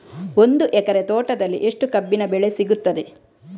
ಒಂದು ಎಕರೆ ತೋಟದಲ್ಲಿ ಎಷ್ಟು ಕಬ್ಬಿನ ಬೆಳೆ ಸಿಗುತ್ತದೆ?